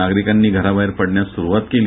नागरिकांनी घराबाहेर पडण्यास सुरुवात केली